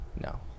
No